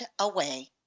away